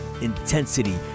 intensity